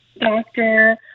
doctor